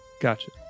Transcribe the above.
Gotcha